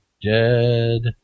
dead